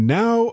now